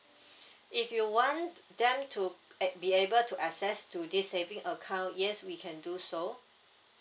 if you want them to ac~ be able to access to this saving account yes we can do so